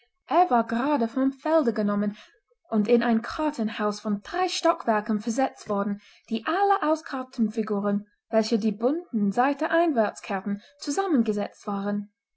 er war gerade vom felde genommen und in ein kartenhaus von drei stockwerken versetzt worden die alle aus kartenfiguren welche die bunte seite einwärts kehrten zusammengesetzt waren